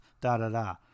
Da-da-da